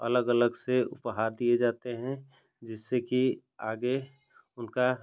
अलग अलग से उपहार दिए जाते हैं जिससे कि आगे उनका